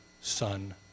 son